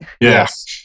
Yes